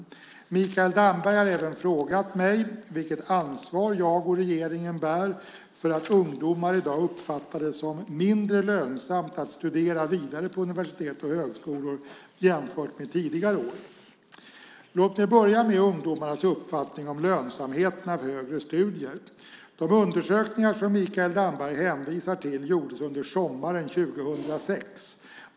Mikael Damberg har även frågat mig vilket ansvar jag och regeringen bär för att ungdomar i dag uppfattar det som mindre lönsamt att studera vidare på universitet och högskolor jämfört med tidigare år. Låt mig börja med ungdomars uppfattning om lönsamheten av högre studier. De undersökningar som Mikael Damberg hänvisar till gjordes under sommaren 2006.